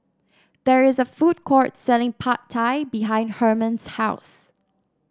there is a food court selling Pad Thai behind Hermon's house